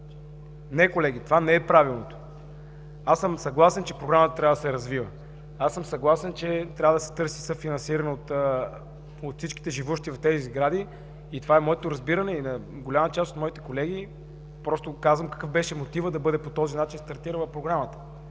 Не, колеги – това не е правилното! Аз съм съгласен, че Програмата трябва да се развива, съгласен съм, че трябва да се търси съфинансиране от всички живущи в тези сгради и това е моето разбиране и на голяма част от моите колеги просто казвам какъв беше мотивът Програмата да бъде стартирана по